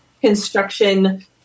construction